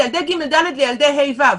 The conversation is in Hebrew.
לילדי ג' ד' ולילדי ה' ו'.